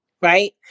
right